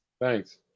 Thanks